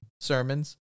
sermons